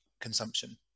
consumption